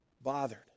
bothered